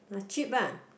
uh cheap ah